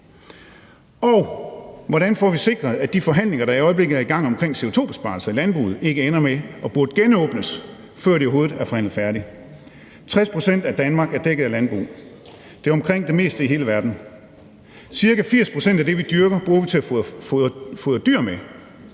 Og hvordan får vi sikret, at de forhandlinger, der i øjeblikket er i gang omkring CO2-besparelser i landbruget, ikke ender med at burde genåbnes, før de overhovedet er forhandlet færdig? 60 pct. af Danmark er dækket af landbrug, det er omkring den højeste dækning i hele verden. Ca. 80 pct. af det, vi dyrker, bruger vi til at fodre dyr med,